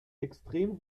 extrem